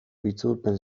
itzulpen